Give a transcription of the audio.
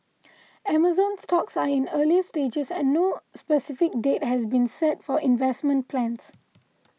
Amazon's talks are in earlier stages and no specific date has been set for investment plans